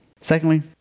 Secondly